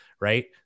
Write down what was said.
right